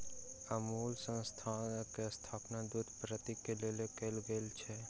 अमूल संस्थान के स्थापना दूध पूर्ति के लेल कयल गेल छल